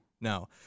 No